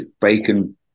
bacon